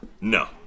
No